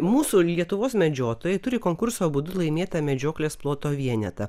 mūsų lietuvos medžiotojai turi konkurso būdu laimėtą medžioklės ploto vienetą